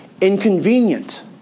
inconvenient